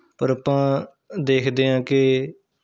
ਪਰ ਆਪਾਂ ਦੇਖਦੇ ਹਾਂ ਕਿ